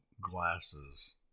glasses